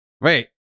Wait